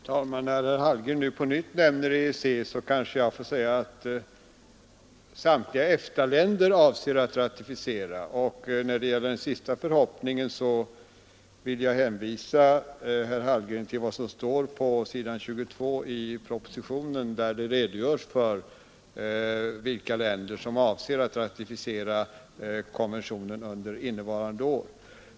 Herr talman! När herr Hallgren på nytt nämner EEC kanske jag får säga att samtliga EFTA-länder avser att ratificera överenskommelsen. Beträffande herr Hallgrens förhoppning att det inte skall bli åtta länder som ratificerar den hänvisar jag till vad som står på s. 22 i propositionen. Där redogörs för vilka länder som avser att ratificera konventionen under innevarande år.